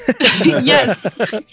Yes